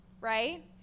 right